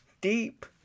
deep